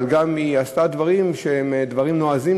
אבל היא גם עשתה דברים שהם דברים נועזים,